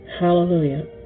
Hallelujah